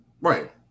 right